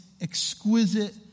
exquisite